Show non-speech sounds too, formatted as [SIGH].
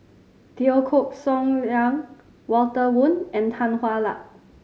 Teo [UNINTELLIGIBLE] Liang Walter Woon and Tan Hwa Luck